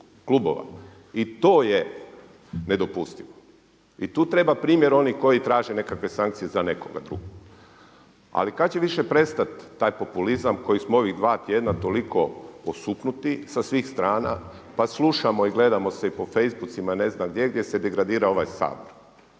klubova. I to je nedopustivo. I tu treba primjer onih koji traže nekakve sankcije za nekoga drugoga. Ali kad će više prestat taj populizam koji smo ovih dva tjedna toliko osupnuti sa svih strana, pa slušamo i gledamo se i po Faceboocima i ne znam gdje gdje se degradira ovaj Sabor.